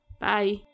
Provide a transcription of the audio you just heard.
Bye